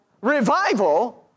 revival